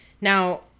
Now